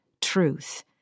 truth